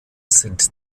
sind